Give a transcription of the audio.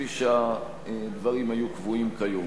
כפי שהדברים היו קבועים כיום.